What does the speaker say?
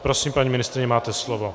Prosím, paní ministryně, máte slovo.